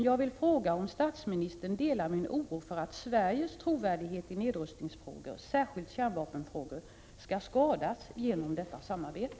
Jag vill fråga om statsministern delar min oro för att Sveriges trovärdighet i nedrustningsfrågor, särskilt kärnvapenfrågor, skall skadas genom detta samarbete.